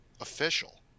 official